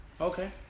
Okay